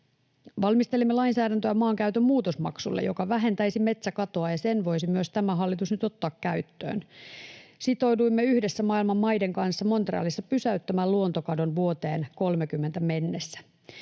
Valmistelimme lainsäädäntöä maankäytön muutosmaksulle, joka vähentäisi metsäkatoa — ja sen voisi myös tämä hallitus nyt ottaa käyttöön. Sitouduimme yhdessä maailman maiden kanssa Montrealissa pysäyttämään luontokadon vuoteen 30 mennessä.